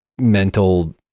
mental